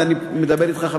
ואני מדבר אתך,